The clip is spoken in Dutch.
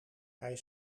hij